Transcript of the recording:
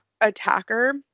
attacker